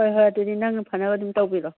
ꯍꯣꯏ ꯍꯣꯏ ꯑꯗꯨꯗꯤ ꯅꯪꯅ ꯐꯅꯕ ꯑꯗꯨꯝ ꯇꯧꯕꯤꯔꯣ